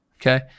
okay